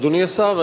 אדוני השר,